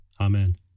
Amen